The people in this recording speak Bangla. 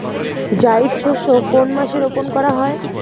জায়িদ শস্য কোন মাসে রোপণ করা হয়?